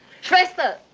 Schwester